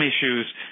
issues